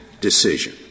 decision